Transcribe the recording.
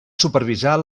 supervisar